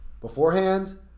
beforehand